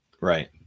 Right